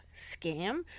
scam